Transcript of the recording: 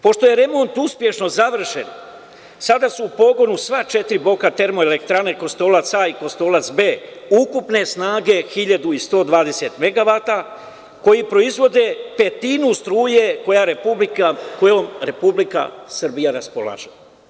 Pošto je remont uspešno završen, sada su u pogonu sva četiri bloka Termoelektrane „Kostolac A“ i „Kostollac B“, ukupne snage 1.120 megavata, koji proizvode petinu struje kojom Republika Srbija raspolaže.